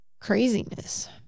Craziness